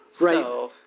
right